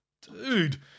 Dude